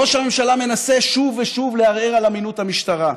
ראש הממשלה מנסה שוב ושוב לערער על אמינות המשטרה.